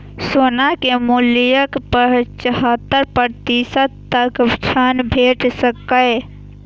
सोना के मूल्यक पचहत्तर प्रतिशत तक ऋण भेट सकैए